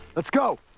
let's go!